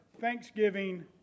Thanksgiving